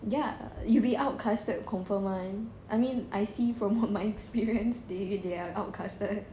ya you'll be outcasted confirm [one] I mean I see from what my experience they they are outcasted